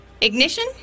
Ignition